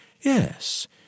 Yes